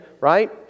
right